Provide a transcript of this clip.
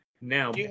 Now